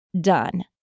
done